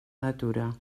natura